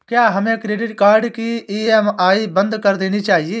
क्या हमें credit card की ई.एम.आई बंद कर देनी चाहिए?